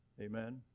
amen